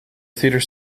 theatre